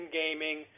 gaming